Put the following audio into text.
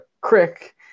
crick